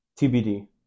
TBD